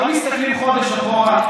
לא מסתכלים חודש אחורה,